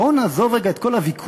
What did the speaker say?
בואו נעזוב רגע את כל הוויכוח,